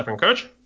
coach